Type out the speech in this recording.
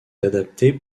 adaptée